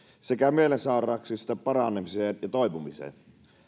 sekä mielen sairauksista paranemiseen ja toipumiseen